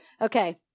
Okay